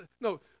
No